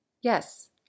Yes